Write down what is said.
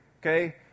okay